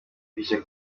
bije